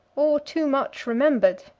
or too much remembered,